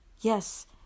Yes